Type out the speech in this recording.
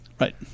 right